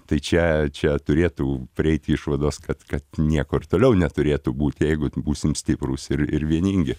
tai čia čia turėtų prieiti išvados kad kad nieko ir toliau neturėtų būti jeigu būsim stiprūs ir ir vieningi